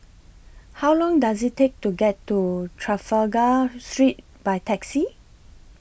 How Long Does IT Take to get to Trafalgar Street By Taxi